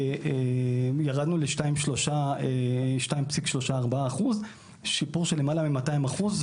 ירדנו ל-2.3% או 2.4%, שיפור של למעלה מ-200%.